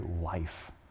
life